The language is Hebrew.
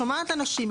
שומעת אנשים,